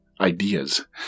ideas